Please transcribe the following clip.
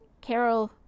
Carol